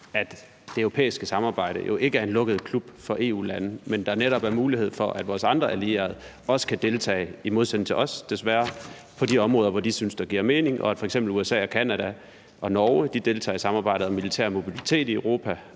at det europæiske samarbejde jo ikke er en lukket klub for EU-lande, men at der netop er mulighed for, at vores andre allierede også kan deltage – i modsætning til os, desværre – på de områder, hvor de synes det giver mening, og at f.eks. USA, Canada og Norge deltager i samarbejdet om militær mobilitet i Europa,